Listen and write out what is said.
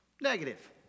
Negative